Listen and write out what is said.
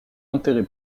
enterré